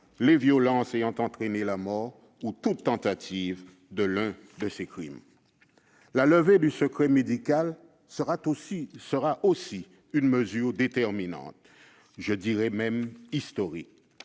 les violences ayant entraîné la mort ou toute tentative de l'un de ces crimes. La levée du secret médical sera aussi une mesure déterminante- je dirais même, historique.